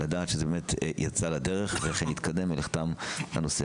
לדעת שזה באמת יצא לדרך ושזה התקדם ונחתם הנושא.